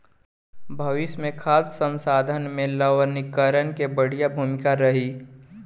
भविष्य मे खाद्य संसाधन में लवणीकरण के बढ़िया भूमिका रही